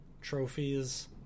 trophies